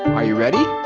are you ready?